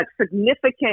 significant